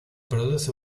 produce